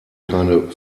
keine